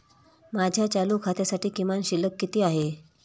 माझ्या चालू खात्यासाठी किमान शिल्लक किती आहे?